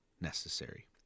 necessary